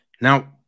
Now